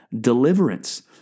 deliverance